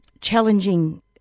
challenging